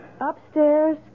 upstairs